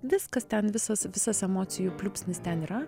viskas ten visas visas emocijų pliūpsnis ten yra